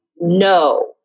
no